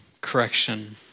correction